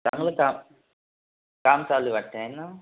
चांगलं काम काम चालू आहे वाटते आहे ना